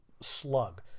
slug